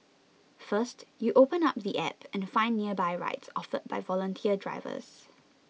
first you open up the app and find nearby rides offered by volunteer drivers